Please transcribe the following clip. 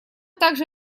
также